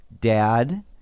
Dad